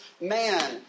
man